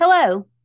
Hello